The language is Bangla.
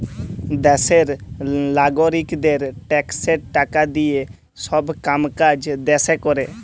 দ্যাশের লাগারিকদের ট্যাক্সের টাকা দিঁয়ে ছব কাম কাজ দ্যাশে ক্যরে